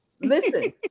Listen